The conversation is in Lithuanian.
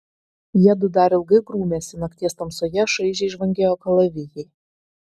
jiedu dar ilgai grūmėsi nakties tamsoje šaižiai žvangėjo kalavijai